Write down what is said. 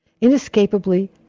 inescapably